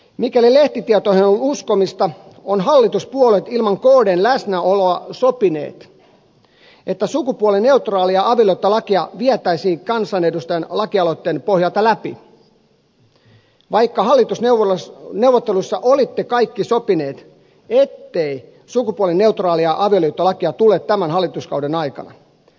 mikäli lehtitietoihin on uskomista ovat hallituspuolueet ilman kdn läsnäoloa sopineet että sukupuolineutraalia avioliittolakia vietäisiin kansanedustajan lakialoitteen pohjalta läpi vaikka hallitusneuvotteluissa olitte kaikki sopineet ettei sukupuolineutraalia avioliittolakia tule tämän hallituskauden aikana